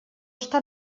està